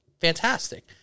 fantastic